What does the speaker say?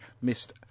missed